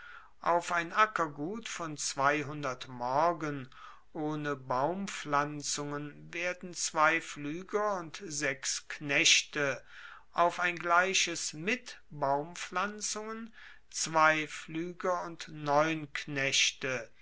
auf ein ackergut von morgen ohne baumpflanzungen werden zwei pflueger und sechs knechte auf ein gleiches mit baumpflanzungen zwei pflueger und neun knechte